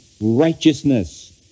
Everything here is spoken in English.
righteousness